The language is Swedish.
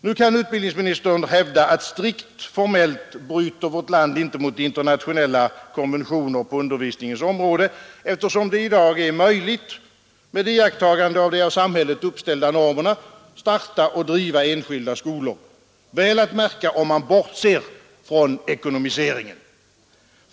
Nu kan utbildningsministern hävda att vårt land strikt formellt inte bryter mot internationella konventioner på undervisningens område, eftersom det i dag är möjligt, med iakttagande av de av samhället uppställda normerna, att starta och driva enskilda skolor, väl att märka om man bortser från ekonomiseringen.